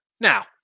Now